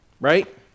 right